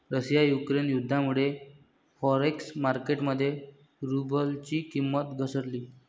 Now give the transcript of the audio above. Russia Ukraine युद्धामुळे forex market मध्ये रुबलची किंमत घसरली